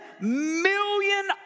million